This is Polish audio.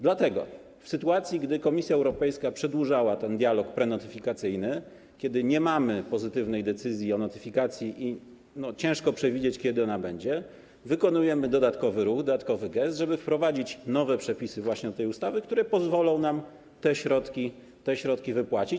Dlatego w sytuacji, gdy Komisja Europejska przedłużała ten dialog prenotyfikacyjny, kiedy nie mamy pozytywnej decyzji o notyfikacji i trudno przewidzieć, kiedy ona będzie, wykonujemy dodatkowy ruch, dodatkowy gest, żeby wprowadzić nowe przepisy właśnie do tej ustawy, które pozwolą nam te środki wypłacić.